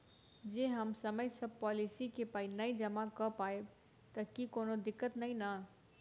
जँ हम समय सअ पोलिसी केँ पाई नै जमा कऽ पायब तऽ की कोनो दिक्कत नै नै?